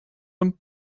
een